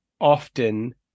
Often